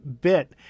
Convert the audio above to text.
bit